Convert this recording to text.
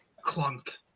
clunk